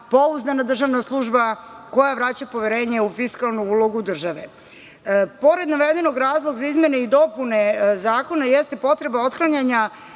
pouzdana državna služba koja vraća poverenje u fiskalnu ulogu države. Pored navedenog, razlog za izmene i dopune zakona jeste potreba otklanjanja